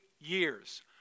years